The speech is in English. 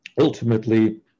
ultimately